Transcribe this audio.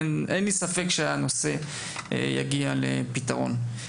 ואין לי ספק שהנושא יגיע לפתרון.